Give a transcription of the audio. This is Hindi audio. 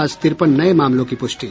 आज तिरपन नये मामलों की पुष्टि